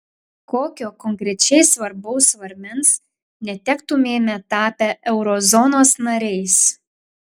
kokio konkrečiai svarbaus svarmens netektumėme tapę eurozonos nariais